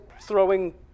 throwing